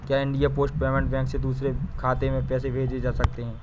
क्या India post payment bank से दूसरे खाते में पैसे भेजे जा सकते हैं?